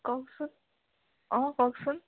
কওকচোন অঁ কওকচোন